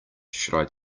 should